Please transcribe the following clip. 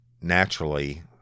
naturally